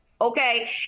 Okay